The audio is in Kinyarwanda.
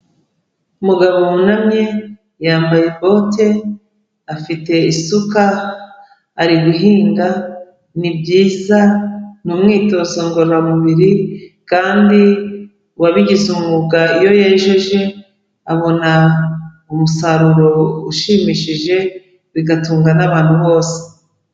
Umugabo wunamye, yambaye bote, afite isuka, ari guhinga, ni byiza, ni umwitozo ngororamubiri kandi uwabigize umwuga iyo yejeje abona umusaruro ushimishije bigatunga n'abantu bose.